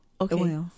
Okay